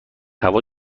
هوا